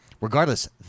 regardless